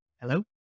hello